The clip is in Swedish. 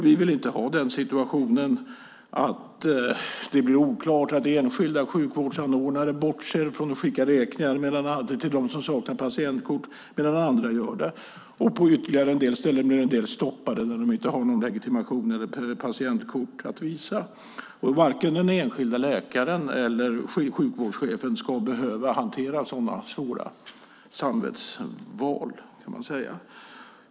Vi vill inte ha situationen att det blir oklart, att enskilda sjukvårdsanordnare bortser från att skicka räkningar till dem som saknar patientkort medan andra gör det. På några andra ställen blir en del stoppade som inte har legitimation eller patientkort att visa upp. Varken den enskilda läkaren eller sjukvårdschefen ska behöva hantera så svåra samvetsval, kan man säga.